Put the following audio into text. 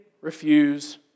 refuse